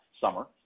summer